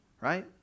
right